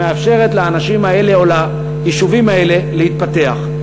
שמאפשרת לאנשים האלה או ליישובים האלה להתפתח.